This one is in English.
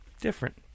Different